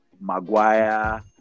Maguire